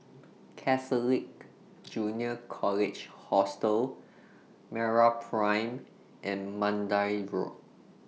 Catholic Junior College Hostel Meraprime and Mandai Road